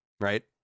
right